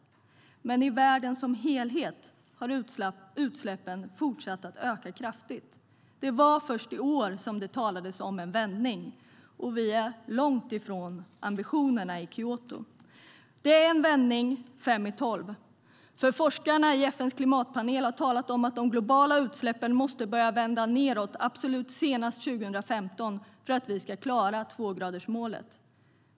I världen som helhet har dock utsläppen fortsatt att öka kraftigt. Det var först i år det talades om en vändning, och vi är långt ifrån ambitionerna i Kyoto. Det är en vändning fem i tolv. Forskarna i FN:s klimatpanel har talat om att de globala utsläppen måste börja vända nedåt absolut senast 2015 för att vi ska klara tvågradersmålet.